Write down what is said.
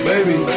Baby